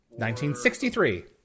1963